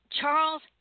Charles